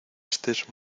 estés